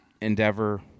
Endeavor